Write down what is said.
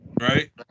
Right